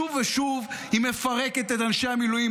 שוב ושוב היא מפרקת את אנשי המילואים,